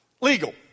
legal